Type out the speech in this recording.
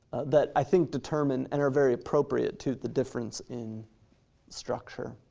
that i think determine, and are very appropriate to, the difference in structure.